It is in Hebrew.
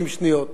50 שניות.